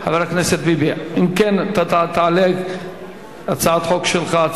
חבר הכנסת ביבי, אם כן, אתה תעלה הצעת חוק שלך.